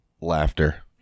Laughter